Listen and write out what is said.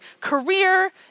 career